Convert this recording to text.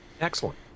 Excellent